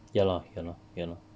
ya lah ya lah ya lah